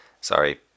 Sorry